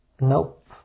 Nope